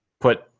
put